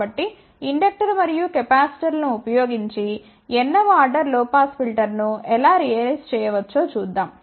కాబట్టి ఇండక్టర్ మరియు కెపాసిటర్ లను ఉపయోగించి n వ ఆర్డర్ లొ పాస్ ఫిల్టర్ను ఎలా గ్రహించవచ్చో చూద్దాం